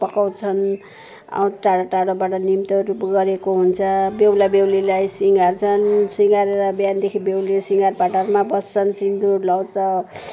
पकाउँछन् अलिक टाढो टाढोबाट निम्तोहरू गरेको हुन्छ बेहुलाबेहुलीलाई सिँगारछन् सिँगारेर बिहानदेखि बेहुली सिँगारपटारमा बस्छन् सिन्दुर लगाउँछ